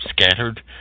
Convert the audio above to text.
scattered